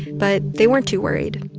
but they weren't too worried.